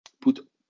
put